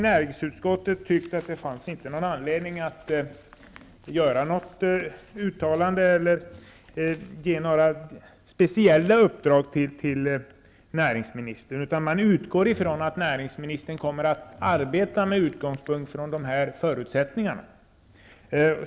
Näringsutskottet ansåg emellertid att det inte fanns någon anledning att göra något uttalande eller att ge några speciella uppdrag till näringsminstern. Man utgår från att näringsministern kommer att arbeta med utgångspunkt i dessa förutsättningar.